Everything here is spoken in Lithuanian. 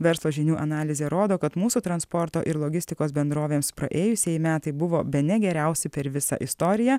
verslo žinių analizė rodo kad mūsų transporto ir logistikos bendrovėms praėjusiai metai buvo bene geriausi per visą istoriją